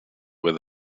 where